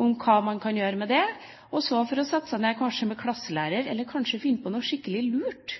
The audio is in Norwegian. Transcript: hva man kan gjøre med det. Så kan man sette seg ned med klasselærer eller finne på noe skikkelig lurt